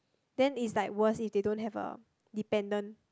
then is like worse if they don't have a dependent